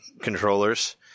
controllers